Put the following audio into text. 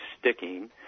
sticking